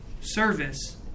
service